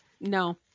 No